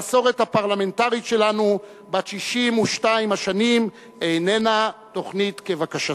המסורת הפרלמנטרית שלנו בת 62 השנים איננה תוכנית כבקשתך.